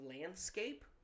landscape